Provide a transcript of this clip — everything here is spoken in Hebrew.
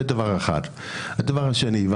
הדבר השני.